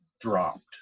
dropped